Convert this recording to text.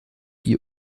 ihr